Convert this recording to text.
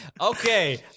Okay